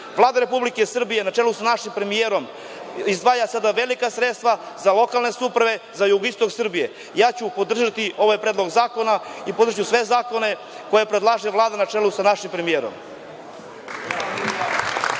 Republike Srbije na čelu sa našim premijerom izdvaja velika sredstva za lokalne samouprave za jugoistok Srbije. Ja ću podržati ovaj predlog zakona i podržaću sve zakone koje predlaže Vlada na čelu sa našim premijerom.